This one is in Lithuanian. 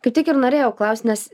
kaip tik ir norėjau klaust nes